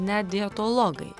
net dietologai